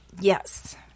Yes